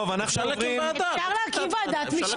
אופיר כבר עומד בראש ועדה שעוסקת בחוקים של ועדת חוק,